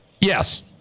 Yes